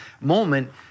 moment